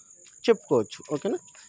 చెప్పుకోవచ్చు ఓకేనా